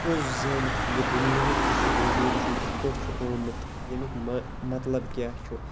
پوٚز زٲنِتھ کہِ یہِ دُنیاہُک یُس یہِ وجود چھُ یہِ کِتھ پٲٹھۍ چھُ آومُت یمیُک ما مَطلَب کیاہ چھُ